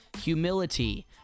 humility